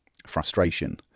frustration